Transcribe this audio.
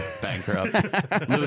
bankrupt